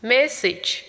Message